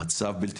המצב הזה הוא בלתי